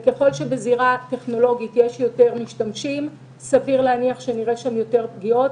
ככל שבזירה טכנולוגית יש יותר משתמשים סביר להניח שנראה שם יותר פגיעות.